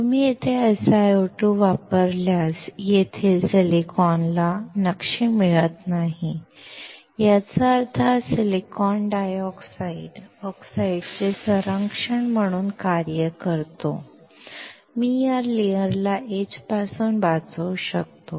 तुम्ही येथे SiO2 वापरल्यास येथील सिलिकॉनला नक्षी मिळत नाही याचा अर्थ हा सिलिकॉन डायऑक्साइड ऑक्साईडचे संरक्षण म्हणून कार्य करतो तो या थराला एच पासून वाचवू शकतो